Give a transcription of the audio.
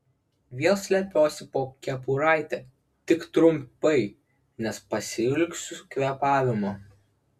vėl slepiuosi po kepuraite tik trumpai nes pasiilgsiu kvėpavimo